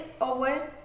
away